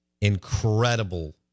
incredible